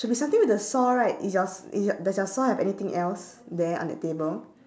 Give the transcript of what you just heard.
should be something with the saw right is your s~ is your does your saw have anything else there on that table